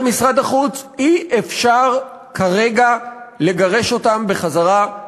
אי-אפשר כרגע לגרש אותם בחזרה,